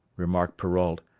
remarked perrault.